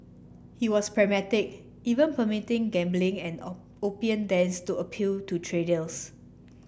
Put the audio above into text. he was pragmatic even permitting gambling and opium dens to appeal to